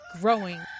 growing